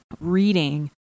reading